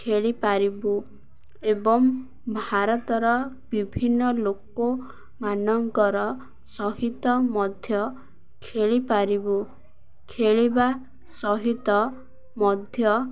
ଖେଳିପାରିବୁ ଏବଂ ଭାରତର ବିଭିନ୍ନ ଲୋକମାନଙ୍କର ସହିତ ମଧ୍ୟ ଖେଳିପାରିବୁ ଖେଳିବା ସହିତ ମଧ୍ୟ